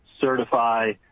certify